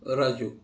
Raju